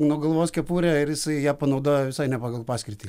nuo galvos kepurę ir jisai ją panaudojo visai ne pagal paskirtį